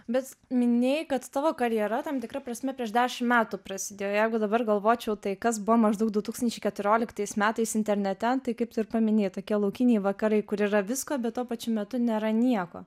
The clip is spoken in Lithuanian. bet minėjai kad tavo karjera tam tikra prasme prieš dešim metų prasidėjo jeigu dabar galvočiau tai kas buvo maždaug du tūkstančiai keturioliktais metais internete tai kaip ir paminėjai tokie laukiniai vakarai kur yra visko bet tuo pačiu metu nėra nieko